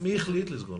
מי החליט לסגור?